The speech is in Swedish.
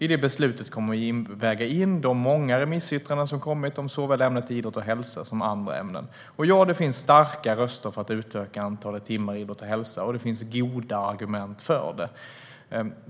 I det beslutet kommer vi att väga in de många remissyttranden som har kommit om såväl ämnet idrott och hälsa som andra ämnen. Det finns starka röster för att utöka antalet timmar i ämnet idrott och hälsa, och det finns goda argument för detta.